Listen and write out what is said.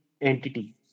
entity